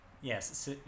Yes